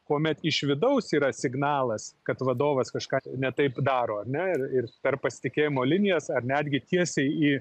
kuomet iš vidaus yra signalas kad vadovas kažką ne taip daro ane ir per pasitikėjimo linijas ar netgi tiesiai į